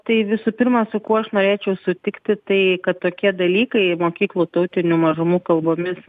tai visų pirma su kuo aš norėčiau sutikti tai kad tokie dalykai mokyklų tautinių mažumų kalbomis